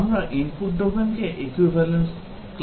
আমরা ইনপুট ডোমেনকে equivalence class এ ভাগ করি